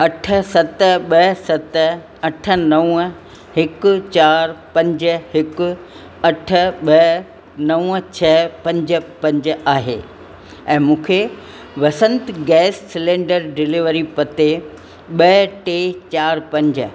अठ सत ॿ सत अठ नवं हिकु चार पंज हिकु अठ ॿ नवं छह पंज पंज आहे ऐं मूंखे वसंत गैस सिलेंडर डिलेवरी पते ॿ टे चार पंज